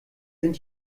sind